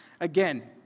Again